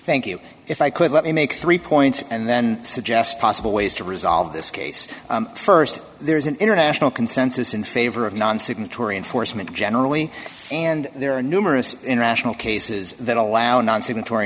thank you if i could let me make three points and then suggest possible ways to resolve this case st there's an international consensus in favor of non signatory enforcement generally and there are numerous international cases that allow non